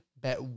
Bet